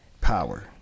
Power